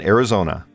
Arizona